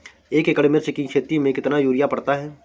एक एकड़ मिर्च की खेती में कितना यूरिया पड़ता है?